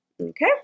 Okay